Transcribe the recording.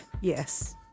Yes